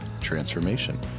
transformation